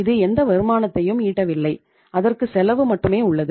இது எந்த வருமானத்தையும் ஈட்டவில்லை அதற்கு செலவு மட்டுமே உள்ளது